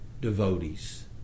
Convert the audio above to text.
devotees